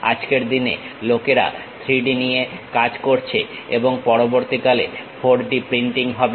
আজকের দিনে লোকেরা 3D নিয়ে কাজ করছে এবং পরবর্তীকালে 4D প্রিন্টিং হবে